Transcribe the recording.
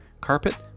carpet